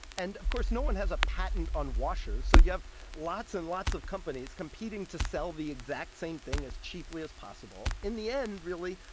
and of course, no one has a patent on washers, so you have lots and lots of companies competing to sell the exact same thing as cheaply as possible. in the end, really,